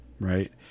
right